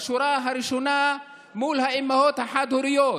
בשורה הראשונה מול האימהות החד-הוריות,